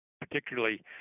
particularly